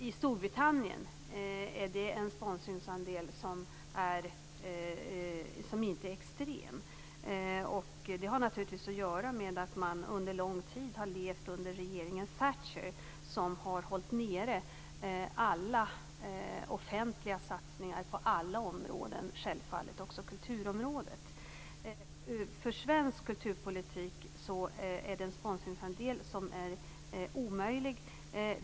I Storbritannien är det en sponsringsandel som inte är extrem. Det har naturligtvis att göra med att man under lång tid levde under regeringen Thatcher som höll ned alla offentliga satsningar på alla områden, självfallet också på kulturområdet. För svensk kulturpolitik är det en sponsringsandel som är omöjlig.